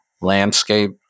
landscape